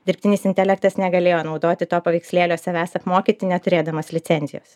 dirbtinis intelektas negalėjo naudoti to paveikslėlio savęs apmokyti neturėdamas licencijos